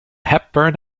hepburn